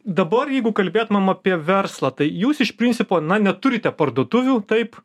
dabar jeigu kalbėtumėm apie verslą tai jūs iš principo na neturite parduotuvių taip